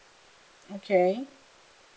okay